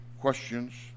questions